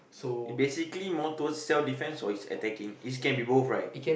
basically more towards self defense or is attacking is can be both right